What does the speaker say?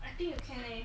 I think you can eh